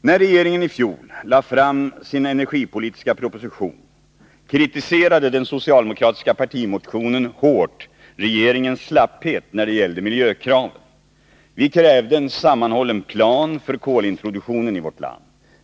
När regeringen fjol lade fram sin energipolitiska proposition kritiserade vi i den socialdemokratiska partimotionen hårt regeringens slapphet när det gällde miljökraven. Vi krävde en sammanhållen plan för kolintroduktionen i vårt land.